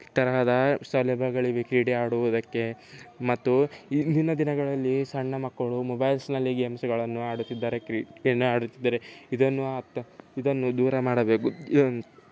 ತರಹದ ಸೌಲಭ್ಯಗಳಿವೆ ಕ್ರೀಡೆ ಆಡುವುದಕ್ಕೆ ಮತ್ತು ಇಂದಿನ ದಿನಗಳಲ್ಲಿ ಸಣ್ಣ ಮಕ್ಕಳು ಮೊಬೈಲ್ಸ್ನಲ್ಲಿ ಗೇಮ್ಸ್ಗಳನ್ನು ಆಡುತ್ತಿದ್ದಾರೆ ಕ್ರೀಡೆಯನ್ನು ಆಡುತ್ತಿದ್ದಾರೆ ಇದನ್ನು ಆತ ಇದನ್ನು ದೂರ ಮಾಡಬೇಕು